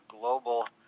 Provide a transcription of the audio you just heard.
global